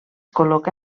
col·loca